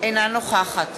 אינה נוכחת